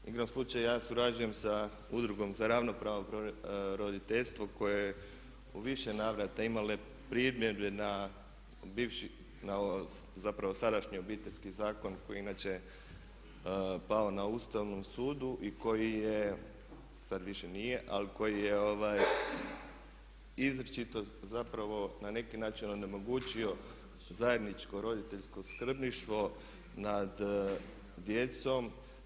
Igrom slučaja ja surađujem sa Udrugom za ravnopravno roditeljstvo koja je u više navrata imala primjedbe na zapravo sadašnji Obiteljski zakon koji je inače pao na Ustavnom sudu i koji je, sad više nije, ali koji je izričito zapravo na neki način onemogućio zajedničko roditeljsko skrbništvo nad djecom.